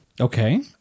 Okay